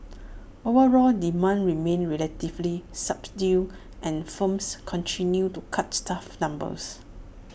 overall demand remained relatively subdued and firms continued to cut staff numbers